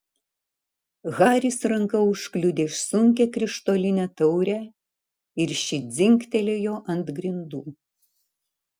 haris ranka užkliudė sunkią krištolinę taurę ir ši dzingtelėjo ant grindų